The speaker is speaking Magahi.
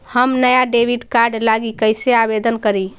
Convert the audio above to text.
हम नया डेबिट कार्ड लागी कईसे आवेदन करी?